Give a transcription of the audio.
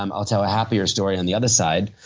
um i'll tell a happier story on the other side.